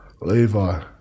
Levi